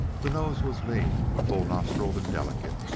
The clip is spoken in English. the nose was lean, full-nostrilled, and delicate,